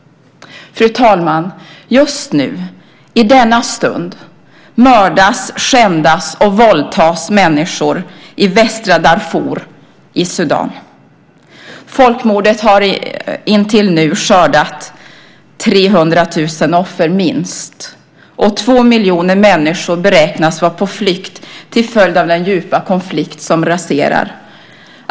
Fru talman! Just nu i denna stund mördas, skändas och våldtas människor i västra Darfur i Sudan. Folkmordet har intill nu skördat 300 000 offer minst, och två miljoner människor beräknas vara på flykt till följd av den djupa konflikt som raserar.